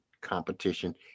competition